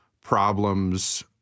problems